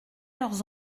leurs